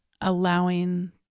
allowing